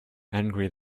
angry